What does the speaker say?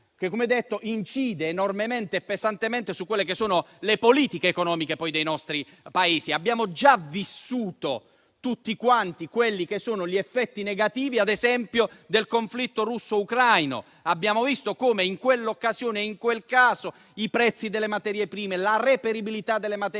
che - come detto - incide enormemente e pesantemente su quelle che sono le politiche economiche dei nostri Paesi. Abbiamo già vissuto tutti gli effetti negativi del conflitto russo ucraino. Abbiamo visto come, in quell'occasione e in quel caso, i prezzi delle materie prime, la reperibilità delle materie prime,